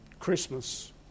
christmas